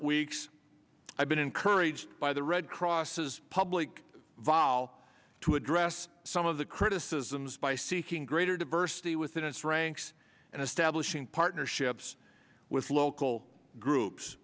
weeks i've been encouraged by the red cross public vile to address some of the critics systems by seeking greater diversity within its ranks and establishing partnerships with local groups